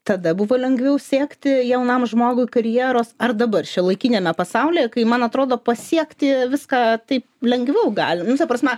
tada buvo lengviau siekti jaunam žmogui karjeros ar dabar šiuolaikiniame pasaulyje kai man atrodo pasiekti viską taip lengviau gali nu ta prasme